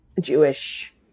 Jewish